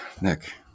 Nick